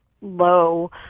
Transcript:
low